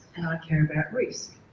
i care about risk,